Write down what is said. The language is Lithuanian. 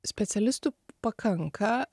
specialistų pakanka